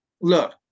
look